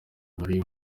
bari